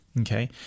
Okay